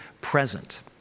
present